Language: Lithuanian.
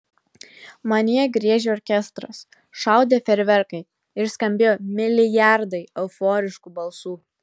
manyje griežė orkestras šaudė fejerverkai ir skambėjo milijardai euforiškų balsų